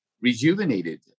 rejuvenated